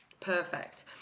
Perfect